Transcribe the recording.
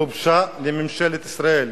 בושה לממשלת ישראל,